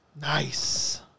Nice